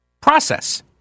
process